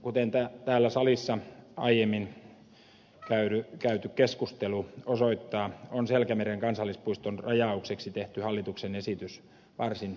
kuten täällä salissa aiemmin käyty keskustelu osoittaa on selkämeren kansallispuiston rajaukseksi tehty hallituksen esitys varsin ristiriitainen